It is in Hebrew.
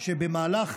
שבמהלך